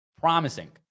promising